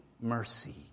mercy